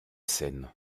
scène